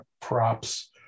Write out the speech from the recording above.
props